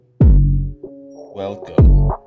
welcome